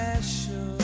special